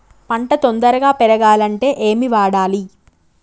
పంట తొందరగా పెరగాలంటే ఏమి వాడాలి?